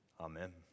Amen